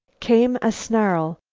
came a snarl,